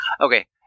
Okay